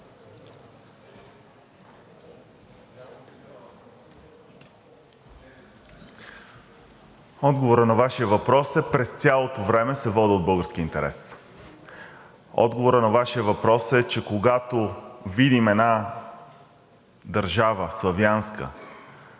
Отговорът на Вашия въпрос е: през цялото време се водя от българския интерес. Отговорът на Вашия въпрос е, че когато видим една славянска